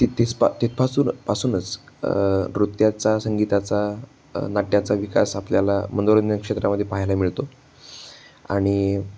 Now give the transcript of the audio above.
तिथेचपासून तिथपासूनच नृत्याचा संगीताचा नाट्याचा विकास आपल्याला मनोरंजनक्षेत्रामधे पाहायला मिळतो आणि